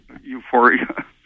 euphoria